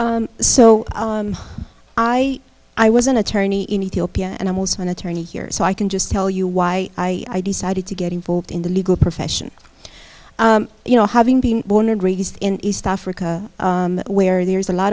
so i i was an attorney in ethiopia animals for an attorney here so i can just tell you why i decided to get involved in the legal profession you know having been born and raised in east africa where there's a lot